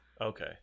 Okay